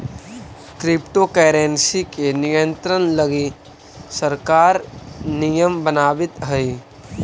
crypto currency के नियंत्रण लगी सरकार नियम बनावित हइ